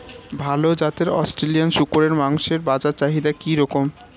ভাল জাতের অস্ট্রেলিয়ান শূকরের মাংসের বাজার চাহিদা কি রকম?